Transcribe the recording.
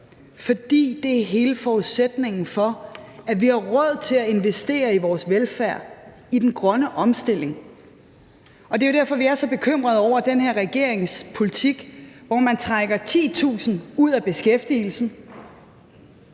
fordi det er hele forudsætningen for, at vi har råd til at investere i vores velfærd og i den grønne omstilling. Og det er jo derfor, vi er så bekymrede over den her regerings politik, hvor man trækker 10.000 ud af beskæftigelsen,